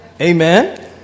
Amen